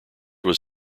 was